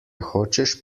hočeš